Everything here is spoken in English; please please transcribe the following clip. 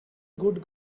good